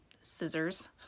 scissors